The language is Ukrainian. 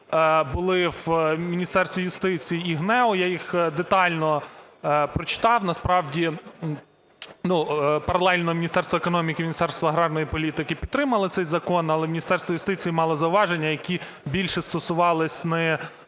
були в Міністерства юстиції і ГНЕУ. Я їх детально прочитав. Насправді… Ну, паралельно Міністерство економіки і Міністерство аграрної політики підтримали цей закон. Але Міністерство юстиції мало зауваження, які більше стосувались не